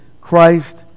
Christ